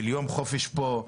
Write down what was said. של יום חופש פה,